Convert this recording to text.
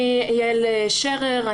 אני יעל שרר,